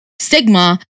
stigma